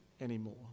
anymore